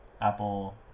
Apple